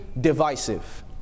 divisive